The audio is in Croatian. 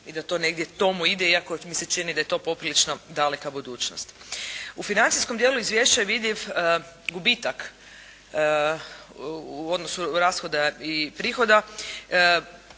i da to negdje tomu ide iako mi se čini da je to poprilično daleka budućnost. U financijskom dijelu izvješća je vidljiv gubitak u odnosu rashoda i prihoda.